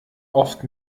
oft